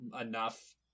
enough